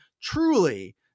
truly